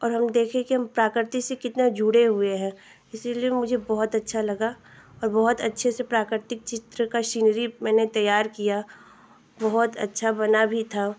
और हम देखे कि हम प्रकृति से कितने जुड़े हुए हैं इसीलिए मुझे बहुत अच्छा लगा और बहुत अच्छे से प्राकृतिक चित्र का सिनरी मैंने तैयार किया बहुत अच्छा बना भी था